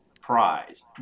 prize